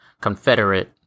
Confederate